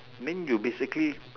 mean you basically